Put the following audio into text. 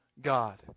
God